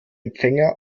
empfänger